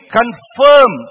confirm